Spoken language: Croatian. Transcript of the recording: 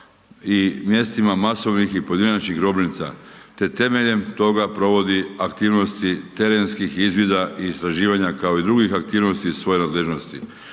i mjestima masovnih i pojedinačnih grobnica te temeljem toga provodi aktivnosti terenskih izvida i istraživanja kao i drugih aktivnosti iz svoje nadležnosti.